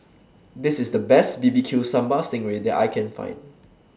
This IS The Best B B Q Sambal Sting Ray that I Can Find